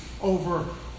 over